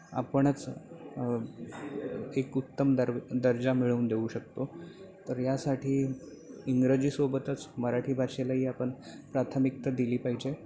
आपणच एक उत्तम दर दर्जा मिळवून देऊ शकतो तर यासाठी इंग्रजीसोबतच मराठी भाषेलाही आपण प्राथमिकता दिली पाहिजे